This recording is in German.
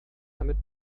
damit